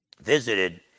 visited